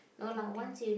thing thing